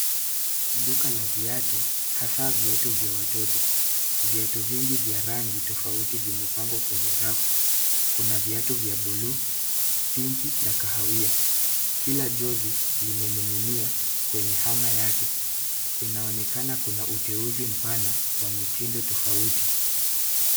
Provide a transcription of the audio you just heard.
Duka la viatu, hasa viatu vya watoto. Viatu vingi vya rangi tofauti vimepangwa kwenye rafu. Kuna viatu vya buluu, pinki na kahawia. Kila jozi limening'inia kwenye hanger yake. Inaonekana kuna uteuzi mpana wa mitindo tofauti.